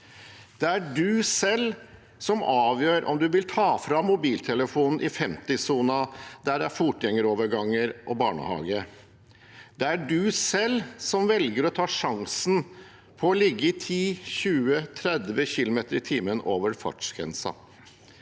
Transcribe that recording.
Det er en selv som avgjør om man vil ta fram mobiltelefonen i 50-sonen, der det er fotgjengeroverganger og barnehage. Det er en selv som velger å ta sjansen på å ligge i 10, 20 eller 30 km/t over fartsgrensen.